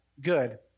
good